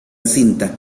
cinta